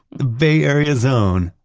the bay area zone!